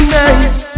nice